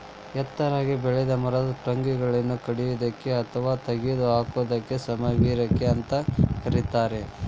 ಎತ್ತರಾಗಿ ಬೆಳೆದ ಮರದ ಟೊಂಗಿಗಳನ್ನ ಕಡಿಯೋದಕ್ಕ ಅತ್ವಾ ತಗದ ಹಾಕೋದಕ್ಕ ಸಮರುವಿಕೆ ಅಂತ ಕರೇತಾರ